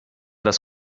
das